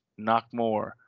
Knockmore